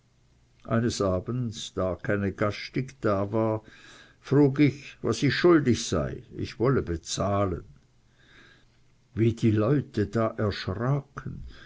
eines abends da keine gastig da war frug ich was ich schuldig sei ich wolle bezahlen wie da die leute erschraken